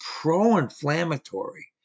pro-inflammatory